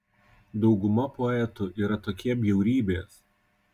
dauguma poetų yra tokie bjaurybės